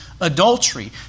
adultery